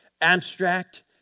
abstract